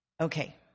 Okay